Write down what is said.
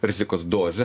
rizikos dozę